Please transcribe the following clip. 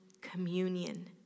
communion